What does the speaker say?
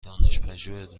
دانشپژوه